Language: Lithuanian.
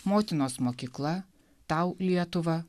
motinos mokykla tau lietuva